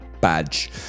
badge